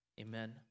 Amen